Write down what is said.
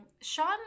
sean